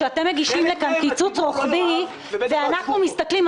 כשאתם מגישים לכאן קיצוץ רוחבי ואנחנו מסתכלים,